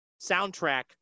soundtrack